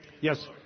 Yes